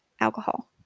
alcohol